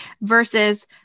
versus